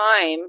time